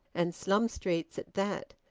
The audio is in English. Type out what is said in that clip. and slum streets at that,